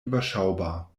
überschaubar